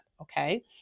Okay